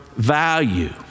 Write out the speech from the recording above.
Value